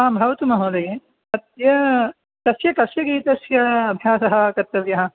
आं भवतु महोदये अद्य कस्य कस्य गीतस्य अभ्यासः कर्तव्यः